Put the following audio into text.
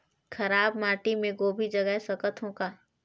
खराब माटी मे गोभी जगाय सकथव का?